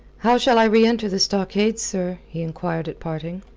how shall i reenter the stockade, sir? he enquired at parting.